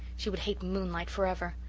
she would hate moonlight for ever.